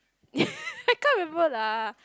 ya can't remember lah